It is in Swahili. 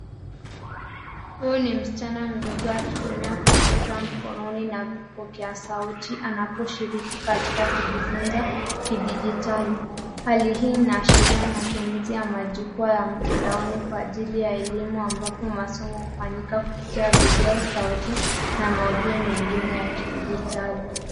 Huyu ni msichana mdogo akitumia kompyuta mkononi na vipokea sauti anaposhiriki katika kujifunza kidijitali. Hali hii inaashiria matumizi ya majukwaa ya mtandaoni kwa ajili ya elimu ambapo masomo hufanyika kupitia video sauti na maudhui mengine ya kidijitali.